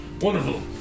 Wonderful